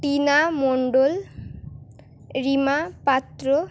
Tina Mondal Rima Patra